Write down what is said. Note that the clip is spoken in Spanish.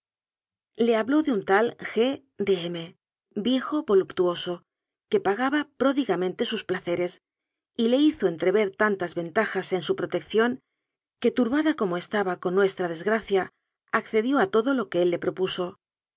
ha bló de un tal g de m viejo voluptuoso que pagaba pródigamente sus placeres y le hizo en trever tantas ventajas en su protección que tur bada corno estaba con nuestra desgracia accedió a todo lo que él le propuso